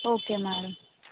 okay madam